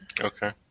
Okay